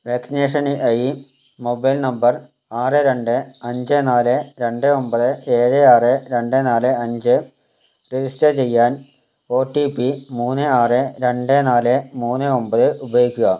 വാക്സിനേഷന് ആയി mobile number ആറ് രണ്ട് അഞ്ച് നാല് രണ്ട് ഒമ്പത് ഏഴ് ആറ് രണ്ട് നാല് അഞ്ച് രജിസ്റ്റർ ചെയ്യാൻ ഒ ടി പി മൂന്ന് ആറ് രണ്ട് നാല് മൂന്ന് ഒമ്പത് ഉപയോഗിക്കുക